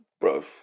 bro